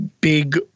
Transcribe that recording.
big